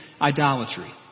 idolatry